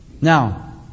Now